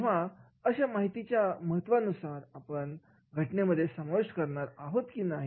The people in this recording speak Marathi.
तेव्हा माहितीच्या महत्त्वानुसार अशी माहिती आपण घटनेमध्ये समाविष्ट करणार आहोत किंवा नाही